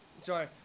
Sorry